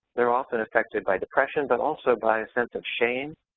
they're often affected by depression, but also by a sense of shame,